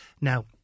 Now